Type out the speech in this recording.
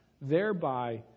thereby